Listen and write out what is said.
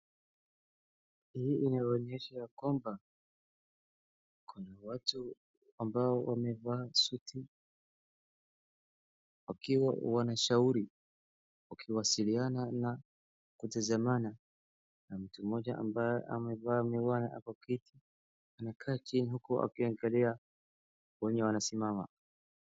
Hii inaonyesha ya kwamba, kuna watu ambao wamevaa suti wakiwa wanashauri, wakiwasiliana na kutazamana, kuna mtu mmoja ambaye amevaa miwani kwa kiti amekaa chini huku akiangalia wenye wamesimama.